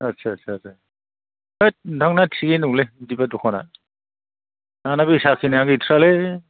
आच्चा आच्चा थैथ नोंथांना थिखैनो दंलै बिदिब्ला दखाना आंना बेसा किनायानो गैथारालै